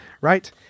Right